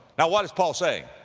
now what is paul saying?